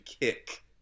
kick